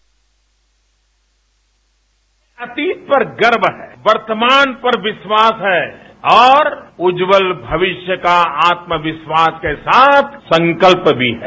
हमें अपने अतीत पर गर्व है वर्तमान पर विश्वास है और उज्ज्वल भविष्य का आत्मविश्वास के साथ संकल्प भी है